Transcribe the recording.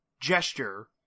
gesture